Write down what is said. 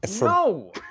no